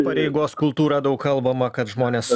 pareigos kultūrą daug kalbama kad žmonės